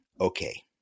okay